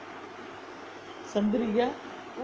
Chandrika